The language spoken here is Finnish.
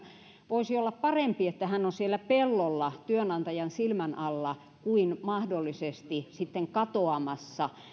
voisi olla parempi että hän on siellä pellolla työnantajan silmän alla kuin mahdollisesti sitten katoamassa